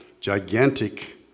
gigantic